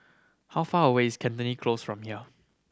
how far away is Cantonment Close from here